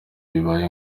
bibaye